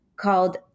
called